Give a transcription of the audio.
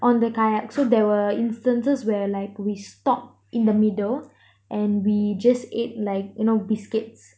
on the kayak so there were instances where like we stopped in the middle and we just ate like you know biscuits